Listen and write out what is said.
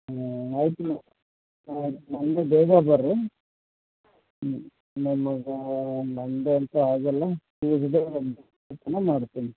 ಹಾಂ ಆಯಿತಮ್ಮ ಮಂಡೇ ಬೇಗ ಬರ್ರಿ ನಿಮಗೆ ಮಂಡೇ ಅಂತೂ ಆಗಲ್ಲ ಟ್ಯೂಸ್ಡೇ ಮಾಡ್ತೀನಿ